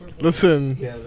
Listen